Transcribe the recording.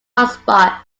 hotspot